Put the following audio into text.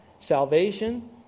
Salvation